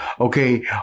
Okay